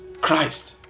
Christ